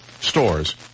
stores